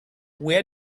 where